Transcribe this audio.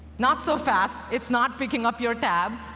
not so fast. it's not picking up your tab.